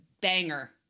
banger